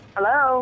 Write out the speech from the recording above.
Hello